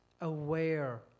aware